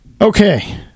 Okay